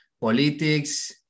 politics